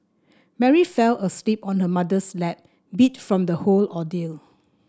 Mary fell asleep on her mother's lap beat from the whole ordeal